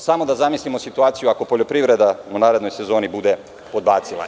Samo da zamislimo situaciju ako poljoprivreda u narednoj sezoni bude podbacila.